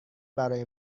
برای